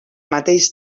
mateix